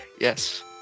Yes